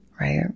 right